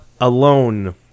alone